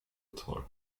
toll